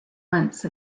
once